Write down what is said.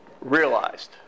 realized